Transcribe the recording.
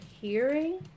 hearing